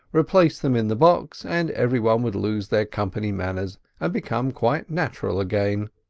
replace them in the box, and every one would lose their company manners and become quite natural again.